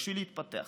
בשביל להתפתח,